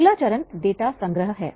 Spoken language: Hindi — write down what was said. अगला चरण डेटा संग्रह है